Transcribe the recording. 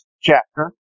chapter